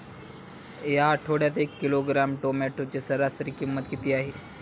या आठवड्यात एक किलोग्रॅम टोमॅटोची सरासरी किंमत किती आहे?